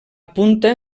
punta